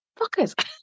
fuckers